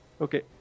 Okay